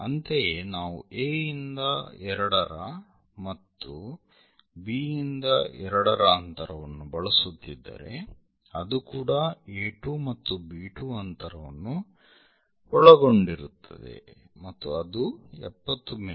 ಅಂತೆಯೇ ನಾವು A ಇಂದ 2 ರ ಮತ್ತು B ಇಂದ 2 ರ ಅಂತರವನ್ನು ಬಳಸುತ್ತಿದ್ದರೆ ಅದು ಕೂಡಾ A2 ಮತ್ತು B2 ಅಂತರವನ್ನು ಒಳಗೊಂಡಿರುತ್ತದೆ ಮತ್ತು ಅದು 70 ಮಿ